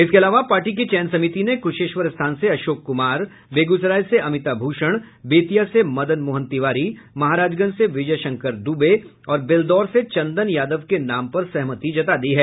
इसके अलावा पार्टी की चयन समिति ने कुशेश्वरस्थान से अशोक कुमार बेगूसराय से अमिता भूषण बेतिया से मदन मोहन तिवारी महाराजगंज से विजय शंकर दूबे और बेलदौर से चंदन यादव के नाम पर सहमति जता दी है